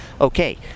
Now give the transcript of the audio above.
Okay